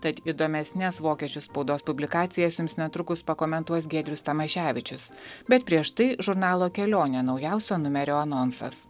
tad įdomesnes vokiečių spaudos publikacijas jums netrukus pakomentuos giedrius tamaševičius bet prieš tai žurnalo kelionė naujausio numerio anonsas